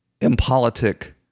impolitic